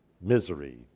misery